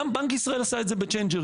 גם בנק ישראל עשה את זה בצ'יינג'רים.